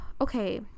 okay